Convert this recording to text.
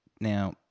Now